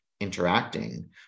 interacting